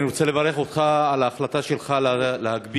אני רוצה לברך אותך על ההחלטה שלך להגביר